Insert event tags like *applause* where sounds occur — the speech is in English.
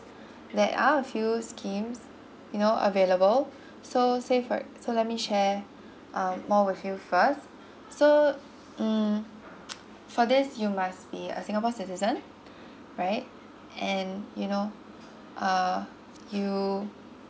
there are a few schemes you know available so *breath* say for so let me share uh more with you first so mm *noise* for this you must be a singapore citizen *breath* right and you know uh you